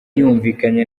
yumvikanye